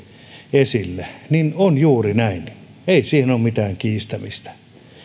esille on juuri näin ei siihen ole mitään kiistämistä